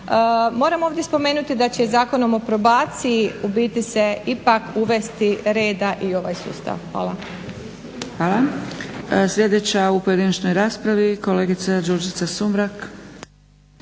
Moram ovdje spomenuti da će Zakonom o probaciji u biti se ipak uvesti reda i u ovaj sustav. Hvala. **Zgrebec, Dragica (SDP)** Hvala. Sljedeća u pojedinačnoj raspravi kolegica Đurđica Sumrak.